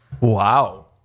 Wow